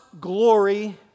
glory